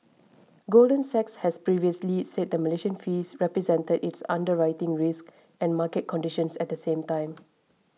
golden Sachs has previously said the Malaysia fees represented its underwriting risks and market conditions at the time